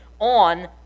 on